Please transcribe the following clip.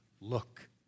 Look